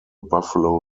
buffalo